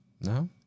No